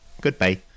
goodbye